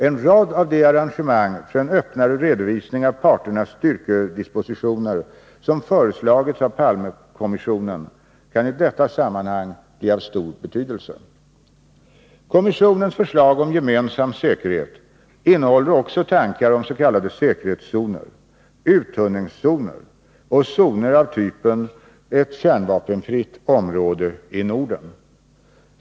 En rad av de arrangemang för en öppnare redovisning av parternas styrkedispositioner som föreslagits av Palmekommissionen kan i detta sammanhang bli av stor betydelse. Kommissionens förslag om gemensam säkerhet innehåller också tankar om s.k. säkerhetszoner, uttunningszoner och zoner av typen ett kärnvapenfritt område i Norden.